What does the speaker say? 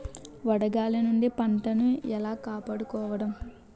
వడగాలి నుండి పంటను ఏలా కాపాడుకోవడం?